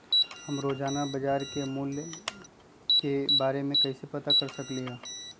हम रोजाना बाजार के मूल्य के के बारे में कैसे पता कर सकली ह?